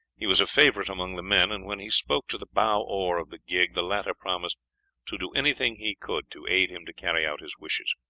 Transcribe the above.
he was a favorite among the men, and when he spoke to the bow oar of the gig the latter promised to do anything he could to aid him to carry out his wishes.